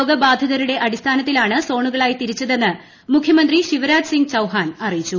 രോഗബാധിതരുടെ അടിസ്ഥാനത്തിലാണ് സോണുകളായി തിരിച്ചതെന്ന് മുഖ്യമന്ത്രി ശിവരാജ് സിംഗ് ചൌഹാൻ അറിയിച്ചു